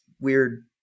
weird